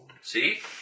See